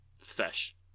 fish